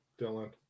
Dylan